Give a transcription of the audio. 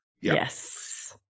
Yes